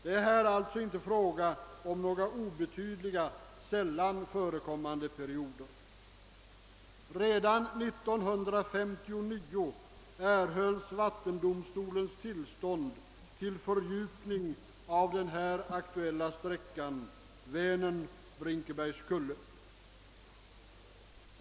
Det är här alltså inte fråga om några obetydliga, sällan förekommande perioder. Redan 1959 erhölls vattendomstolens tillstånd till fördjupning av den aktuella sträckan Vänern—Brinkebergskulle.